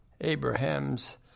Abraham's